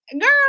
Girl